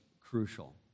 crucial